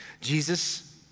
Jesus